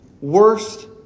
worst